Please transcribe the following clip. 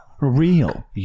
real